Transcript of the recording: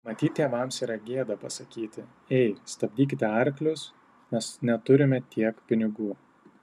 matyt tėvams yra gėda pasakyti ei stabdykite arklius mes neturime tiek pinigų